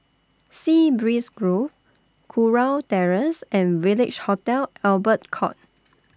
Sea Breeze Grove Kurau Terrace and Village Hotel Albert Court